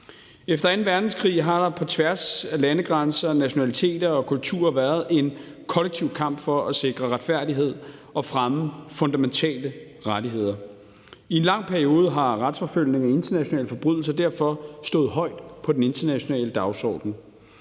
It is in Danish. Efter anden verdenskrig har der på tværs af landegrænser, nationaliteter og kulturer været en kollektiv kamp for at sikre retfærdighed og fremme fundamentale rettigheder. I en lang periode har retsforfølgning af internationale forbrydelser derfor stået højt på den internationale dagsorden.